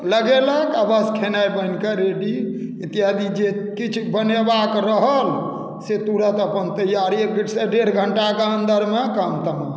लगेलक आ बस खेनाइ बनि कऽ रेडी इत्यादि जे किछु बनयबाक रहल से तुरन्त अपन तैआर एकसँ डेढ़ घण्टाके अन्दरमे काम तमाम